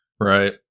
Right